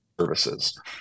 services